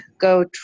go